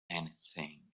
anything